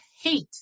hate